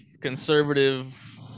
conservative